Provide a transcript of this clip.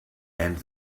and